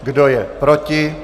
Kdo je proti?